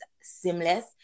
seamless